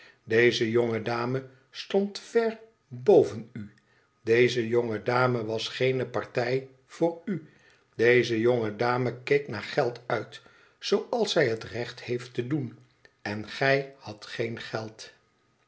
deze jonge dame stond ver boven u deze jonge dame was geene partij voor u deze jonge dame keek naar geld uit zooals zij het recht heeft te doen en gij hadt geen geld